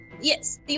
Yes